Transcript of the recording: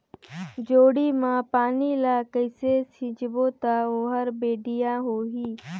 जोणी मा पानी ला कइसे सिंचबो ता ओहार बेडिया होही?